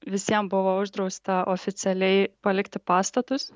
visiem buvo uždrausta oficialiai palikti pastatus